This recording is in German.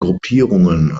gruppierungen